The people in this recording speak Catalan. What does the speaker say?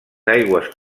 aigües